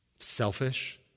selfish